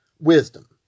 wisdom